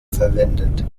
verwendet